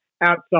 outside